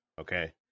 Okay